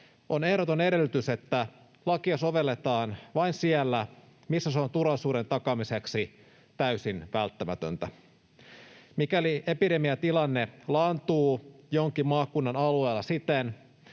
on ehdoton edellytys, että lakia sovelletaan vain siellä, missä se on turvallisuuden takaamiseksi täysin välttämätöntä. Mikäli epidemiatilanne laantuu jonkin maakunnan alueella siten,